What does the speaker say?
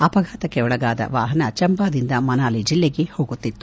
ಅಪಘಾತಕ್ಕೊಳಗಾದ ದುರದೃಷ್ಷವಾಹನ ಚಂಬಾದಿಂದ ಮನಾಲಿ ಜಿಲ್ಲೆಗೆ ಹೋಗುತ್ತಿತ್ತು